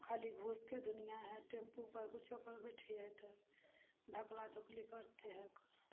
खाली घूसके दुनिआ हइ टेम्पूपर किछुपर बैठिए तऽ धकला धुकली करिते हइकै